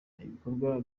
ibikorwa